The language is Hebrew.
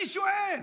אני שואל.